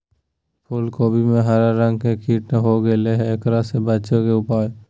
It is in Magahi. फूल कोबी में हरा रंग के कीट हो गेलै हैं, एकरा से बचे के उपाय?